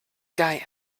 guy